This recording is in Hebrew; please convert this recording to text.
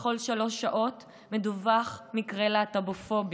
בכל שלוש שעות מדווח מקרה להט"בופובי.